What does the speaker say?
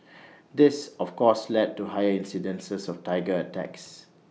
this of course led to higher incidences of Tiger attacks